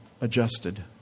adjusted